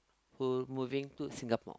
who moving to Singapore